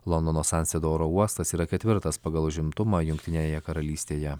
londono stanstedo oro uostas yra ketvirtas pagal užimtumą jungtinėje karalystėje